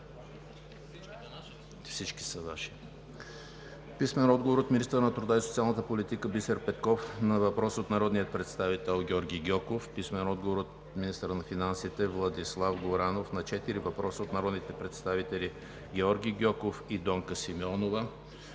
Гьоков; - министъра на труда и социалната политика – Бисер Петков, на въпрос от народния представител Георги Гьоков; - министъра на финансите – Владислав Горанов, на четири въпроса от народните представители Георги Гьоков и Донка Симеонова;